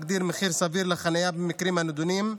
מגדיר מחיר סביר לחניה במקרים הנדונים,